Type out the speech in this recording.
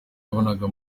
yabonaga